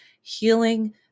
healing